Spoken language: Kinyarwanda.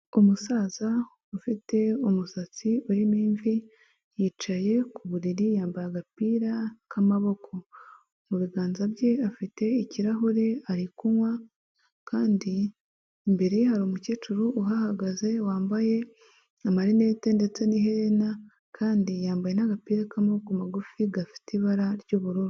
Umusaza ufite umusatsi urimo imvi, yicaye ku buriri yambaye agapira k'amaboko, mu biganza bye afite ikirahure ari kunywa, kandi imbere hari umukecuru uhagaze, wambaye amarinete, ndetse n'iherena kandi yambaye n'agapira k'amaboko magufi gafite ibara ry'ubururu.